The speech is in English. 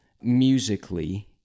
musically